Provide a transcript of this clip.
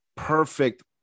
Perfect